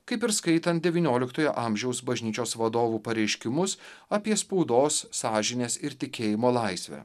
kaip ir skaitant devynioliktojo amžiaus bažnyčios vadovų pareiškimus apie spaudos sąžinės ir tikėjimo laisvę